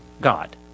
God